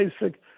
basic